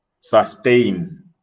sustain